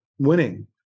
winning